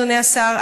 אדוני השר,